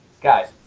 Guys